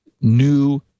new